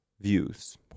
Views